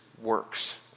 works